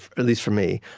at least for me,